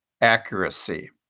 accuracy